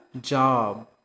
job